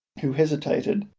who hesitated,